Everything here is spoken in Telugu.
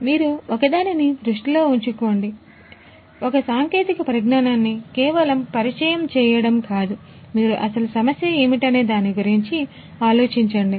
కాబట్టి మీరు ఒక దానిని దృష్టిలో ఉంచుకోండి మీరు ఒక సాంకేతిక పరిజ్ఞానాన్ని కేవలం పరిచయం చేయడం కాదు మీరు అసలు సమస్య ఏమిటనే దాని గురించి ఆలోచించండి